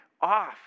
off